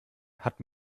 hat